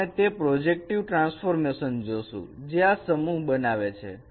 અને આપણે તે પ્રોજેક્ટિવ ટ્રાન્સફોર્મેશન જોશુ જે આ સમૂહ બનાવે છે